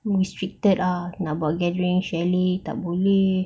restricted ah nak buat gathering chalet tak boleh